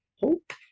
hope